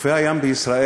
חופי הים בישראל,